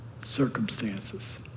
circumstances